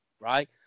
Right